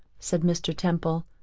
said mr. temple.